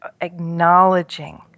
acknowledging